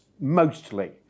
mostly